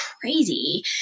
crazy